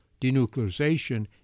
denuclearization